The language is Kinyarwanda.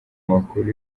makuru